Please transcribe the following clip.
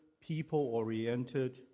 people-oriented